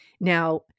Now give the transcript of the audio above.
Now